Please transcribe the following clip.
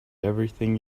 everything